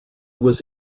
was